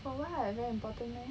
for what very important meh